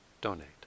donate